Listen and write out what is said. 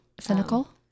cynical